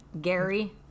Gary